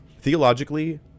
Theologically